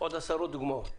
עוד עשרות דוגמאות.